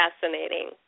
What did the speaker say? fascinating